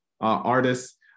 artists